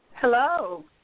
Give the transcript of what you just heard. Hello